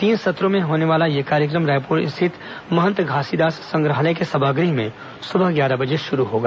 तीन सत्रों में होने वाला यह कार्यक्रम रायप्र स्थित महंत घासीदास संग्रहालय के सभागृह में सुबह ग्यारह बजे शुरू होगा